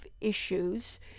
issues